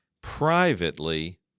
Privately